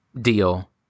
deal